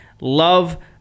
Love